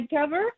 cover